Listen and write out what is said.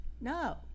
No